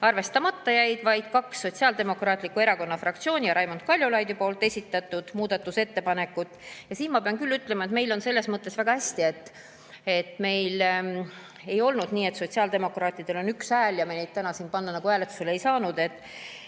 arvestamata jäid vaid kaks Sotsiaaldemokraatliku Erakonna fraktsiooni ja Raimond Kaljulaidi esitatud muudatusettepanekut. Ma pean küll ütlema, et meil on selles mõttes väga hästi, ei olnud nii, et sotsiaaldemokraatidel on üks hääl ja me neid [ettepanekuid] täna siin hääletusele panna